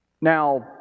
Now